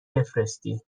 بفرستین